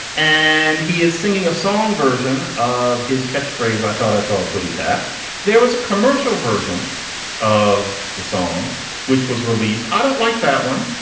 and he is singing a song version of his catchphrase. i taught at all putih tat there was a commercial version of the song which was released. i don't like that one.